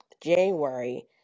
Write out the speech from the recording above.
January